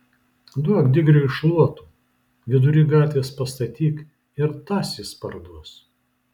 duok digriui šluotų vidury gatvės pastatyk ir tas jis parduos